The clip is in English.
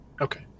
Okay